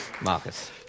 Marcus